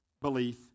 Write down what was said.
belief